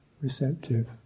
receptive